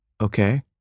okay